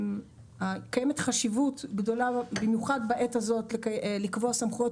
קיימת חשיבות גדולה במיוחד בעת הזאת לקבוע סמכויות